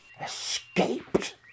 Escaped